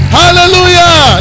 hallelujah